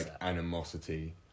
animosity